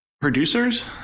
producers